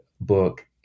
book